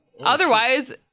Otherwise